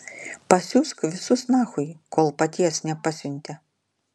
pasiųsk visus nachui kol paties nepasiuntė